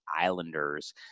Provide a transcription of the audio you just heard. Islanders